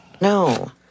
No